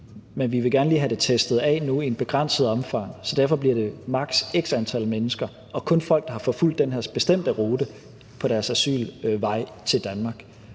men vi vil gerne lige have det testet af nu i et begrænset omfang, så derfor bliver det maks. x antal mennesker og kun folk, der har fulgt den her bestemte rute på deres asylvej til Danmark?